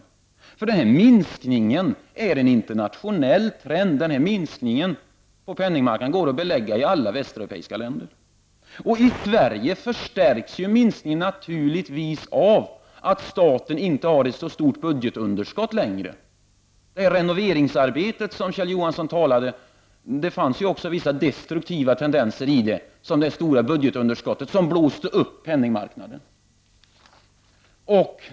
Minskningen är nämligen en internationell trend och går att belägga i alla västeuropeiska länder. I Sverige förstärks naturligtvis minskningen av att staten inte längre har ett så stort budgetunderskott. I det renoveringsarbete som Kjell Johansson talade om fanns också vissa destruktiva tendenser, t.ex. det stora budgetunderskottet, som blåste upp penningmarknaden.